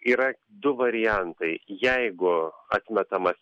yra du variantai jeigu atmetamas